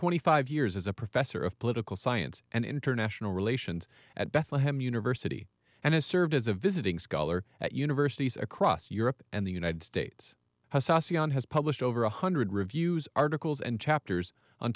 twenty five years as a professor of political science and international relations at bethlehem university and has served as a visiting scholar at universities across europe and the united states has saucy on has published over one hundred reviews articles and chapters on